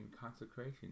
consecration